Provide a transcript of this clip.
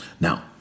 Now